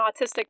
autistic